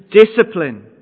discipline